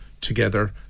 together